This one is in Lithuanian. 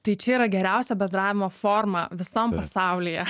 tai čia yra geriausia bendravimo forma visam pasaulyje